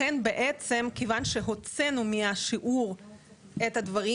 מכיוון שהוצאנו מהשיעור את הדברים